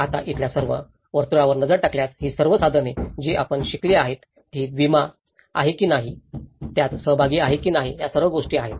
आता इथल्या सर्व वर्तुळावर नजर टाकल्यास ही सर्व साधने जी आपण शिकली आहेत ती विमा आहे की नाही त्यात सहभाग आहे की नाही या सर्व गोष्टी आहेत